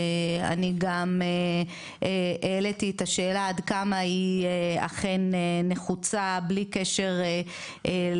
אני גם העליתי את השאלה עד כמה היא אכן נחוצה בלי קשר לעיתוי,